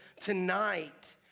tonight